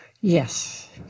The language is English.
Yes